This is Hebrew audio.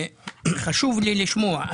וחשוב לי לשמוע,